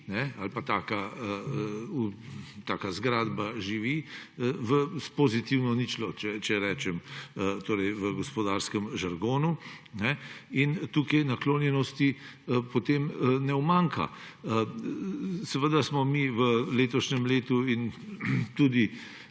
ali pa taka zgradba živi s pozitivno ničlo, če rečem v gospodarskem žargonu, in tukaj naklonjenosti potem ne umanjka. Seveda smo mi v letošnjem letu in tudi